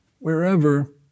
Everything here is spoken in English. wherever